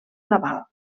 laval